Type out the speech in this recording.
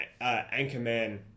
Anchorman